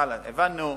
הבנו.